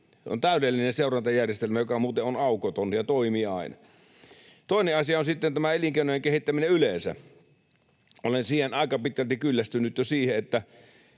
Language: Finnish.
on täydellinen seurantajärjestelmä, joka muuten on aukoton ja toimii aina. Toinen asia on sitten tämä elinkeinojen kehittäminen yleensä. Olen aika pitkälti kyllästynyt jo siihen, että